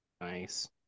nice